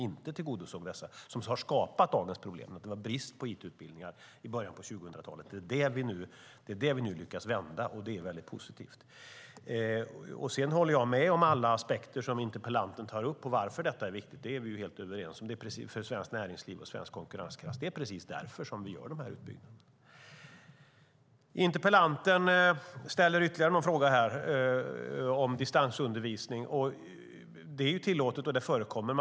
Den tillgodosåg inte detta utan har skapat dagens problem. Det var brist på it-utbildningar i början av 2000-talet. Det är det vi nu har lyckats vända, och det är väldigt positivt. Sedan håller jag med om alla aspekter interpellanten tar upp när det gäller varför detta är viktigt; det är vi helt överens om. Det handlar om svenskt näringsliv och svensk konkurrenskraft, och det är precis därför vi gör utbyggnaderna. Interpellanten tar upp ytterligare en fråga, nämligen distansundervisning. Det är tillåtet, och det förekommer.